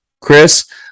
Chris